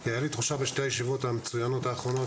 כי הייתה לי תחושה בשתי הישיבות האחרונות המצוינות